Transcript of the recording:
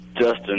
Justin